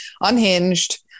unhinged